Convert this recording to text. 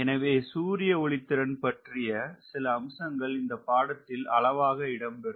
எனவே சூரிய ஒளி திறன் பற்றிய சில அம்சங்கள் இந்த பாடத்தில் அளவாக இடம் பெரும்